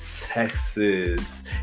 Texas